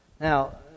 Now